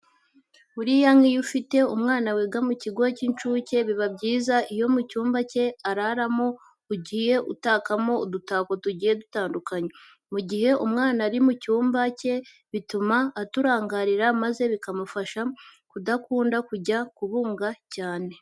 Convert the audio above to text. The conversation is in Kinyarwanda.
Buriya nk'iyo ufite umwana wiga mu kigo cy'incuke, biba byiza iyo mu cyumba cye araramo ugiye utakamo udutako tugiye dutandukanye. Mu gihe umwana ari mu cyumba cye bituma aturangarira maze bikamufasha kudakunda kujya kubunga cyane.